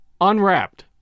Unwrapped